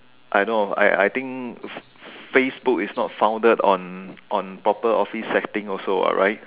I know I I think Facebook is not founded on on proper office setting also what right